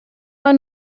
man